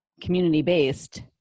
Community-based